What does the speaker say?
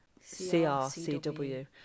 C-R-C-W